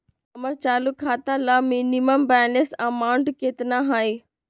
हमर चालू खाता ला मिनिमम बैलेंस अमाउंट केतना हइ?